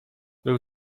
był